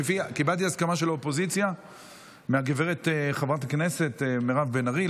וקיבלתי הסכמה של האופוזיציה מהגב' חברת הכנסת מירב בן ארי,